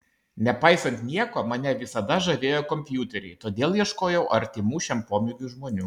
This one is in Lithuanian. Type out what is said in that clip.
nepaisant nieko mane visada žavėjo kompiuteriai todėl ieškojau artimų šiam pomėgiui žmonių